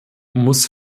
muss